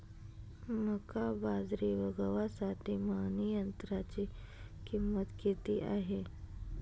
मका, बाजरी व गव्हासाठी मळणी यंत्राची किंमत किती आहे?